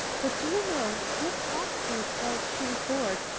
but, do you know, miss watson says she was bored,